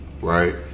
right